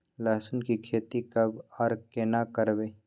लहसुन की खेती कब आर केना करबै?